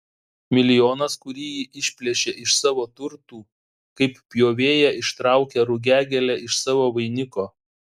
milijonas kurį ji išplėšė iš savo turtų kaip pjovėja ištraukia rugiagėlę iš savo vainiko